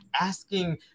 asking